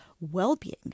well-being